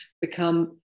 become